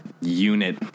unit